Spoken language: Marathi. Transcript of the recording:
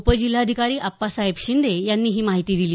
उपजिल्हाधिकारी अप्पासाहेब शिंदे यांनी ही माहिती दिली